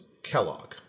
Kellogg